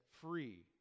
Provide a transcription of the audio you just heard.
free